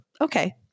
Okay